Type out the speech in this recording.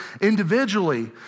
individually